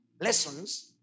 lessons